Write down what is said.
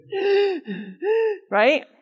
Right